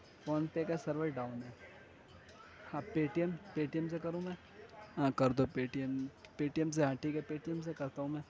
phone پے کا server down ہے ہاں Paytm Paytm سے کروں میں ہاں کر دو Paytm Paytm سے ہاں ٹھیک ہے پے ٹی ایم سے کرتا ہوں میں